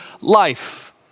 life